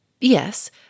Yes